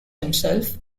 himself